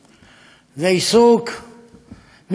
זה עיסוק מאוד מרכזי.